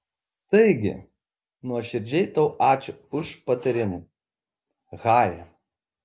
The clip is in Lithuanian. taigi nuoširdžiai tau ačiū už patarimus hari